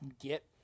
get